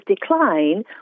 decline